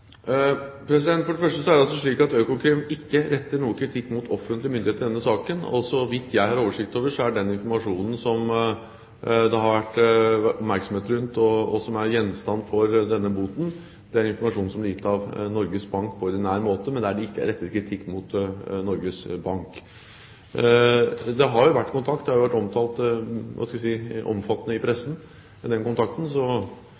For det første er det altså slik at Økokrim ikke retter noen kritikk mot offentlige myndigheter i denne saken. Så vidt jeg har oversikt over, er den informasjonen det har vært oppmerksomhet om, og som er gjenstand for denne boten, den informasjonen som ble gitt av Norges Bank på ordinær måte – men det er ikke rettet kritikk mot Norges Bank. Det har jo vært kontakt – den kontakten har jo vært omfattende omtalt